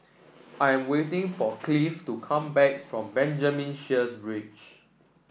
I'm waiting for Cliff to come back from Benjamin Sheares Bridge